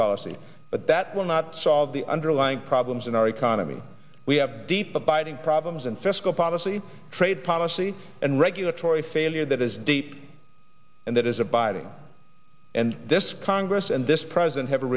policy but that will not solve the underlying problems in our economy we have deep abiding problems and fiscal policy trade policy and regulatory failure that is deep and that is abiding and this congress and this president have a